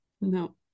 No